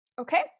Okay